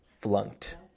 Flunked